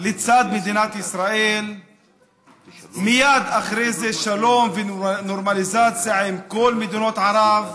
לצד מדינת ישראל ומייד אחרי זה שלום ונורמליזציה עם כל מדינות ערב,